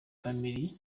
family